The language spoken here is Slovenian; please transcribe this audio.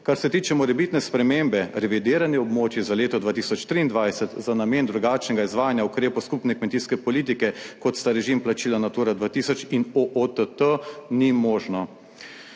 Kar se tiče morebitne spremembe, revidiranje območij za leto 2023 za namen drugačnega izvajanja ukrepov skupne kmetijske politike, kot sta režim plačila Natura 2000 in OTT ni možno.